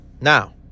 now